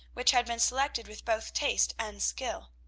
which had been selected with both taste and skill.